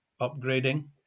upgrading